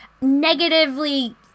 negatively